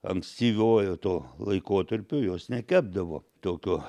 ankstyvuoju tuo laikotarpiu jos nekepdavo tokio